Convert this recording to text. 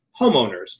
homeowners